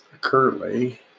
Currently